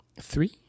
Three